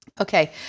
okay